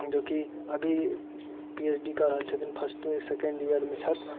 जो कि अभी पी एच डी कऽ रहल छथिन फर्स्ट सेकंड इयरमे छथि